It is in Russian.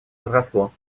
возросло